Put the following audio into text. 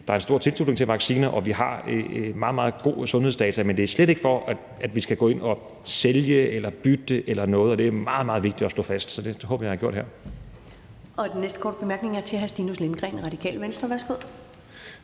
der er en stor tilslutning til vacciner, og vi har meget, meget gode sundhedsdata. Men det er slet ikke for, at vi skal gå ind og sælge eller bytte eller noget, og det er meget, meget vigtigt at slå fast, så det håber jeg at jeg har gjort her. Kl. 13:40 Første næstformand (Karen Ellemann): Den næste korte bemærkning er til hr. Stinus Lindgreen, Radikale Venstre. Værsgo.